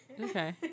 Okay